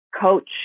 coach